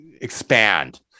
expand